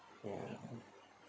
mm